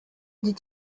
die